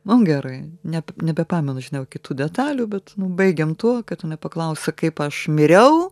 nu gerai ne nebepamenu žinau kitų detalių bet baigėm tuo kad jinai paklausė kaip aš miriau